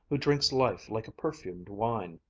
who drinks life like a perfumed wine,